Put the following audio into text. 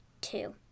two